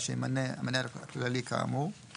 שימנו המנהל של המשרד הממשלתי,